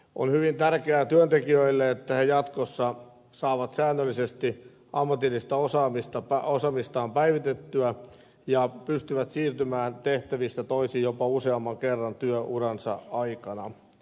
on hyvin tärkeää työntekijöille että he jatkossa saavat säännöllisesti ammatillista osaamistaan päivitettyä ja pystyvät siirtymään tehtävistä toisiin jopa useamman kerran työuransa aikana